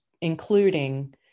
including